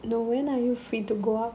no when are you free to go out